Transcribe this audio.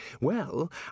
Well